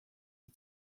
die